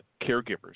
caregivers